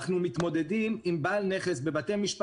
אנחנו מתמודדים בבתי משפט עם בעל נכס בפינוי,